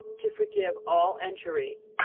to forgive all injuries,